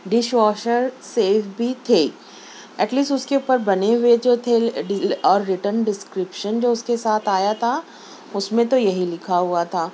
dish washer safe بھی تھے at least اس کے اوپر بنے ہوئے جو تھے اور رٹرن ڈسکرپشن جو اس کے ساتھ آیا تھا اس میں تو یہی لکھا ہوا تھا